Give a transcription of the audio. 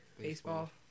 Baseball